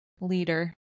leader